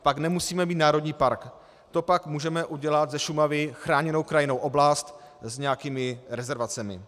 Pak nemusíme mít národní park, to pak můžeme udělat ze Šumavy chráněnou krajinnou oblast s nějakými rezervacemi.